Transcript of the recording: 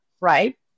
right